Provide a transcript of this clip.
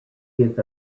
give